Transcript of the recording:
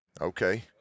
Okay